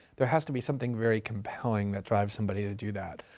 there has to be something very compelling that drives somebody to do that.